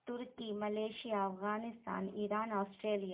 Turkey Malaysia Afghanistan Iran Australia